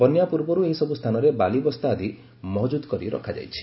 ବନ୍ୟା ପୂର୍ବରୁ ଏହିସବୁ ସ୍ରାନରେ ବାଲିବସ୍ତା ଆଦି ମହଜୁଦ କରି ରଖାଯାଇଛି